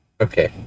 Okay